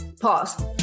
pause